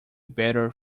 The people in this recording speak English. better